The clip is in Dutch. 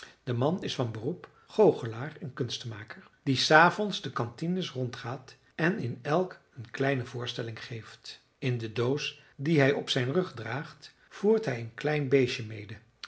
de man is van beroep goochelaar en kunstenmaker die s avonds de cantines rondgaat en in elk een kleine voorstelling geeft in de doos die hij op zijn rug draagt voert hij een klein beestje mede